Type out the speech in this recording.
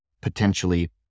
potentially